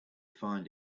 find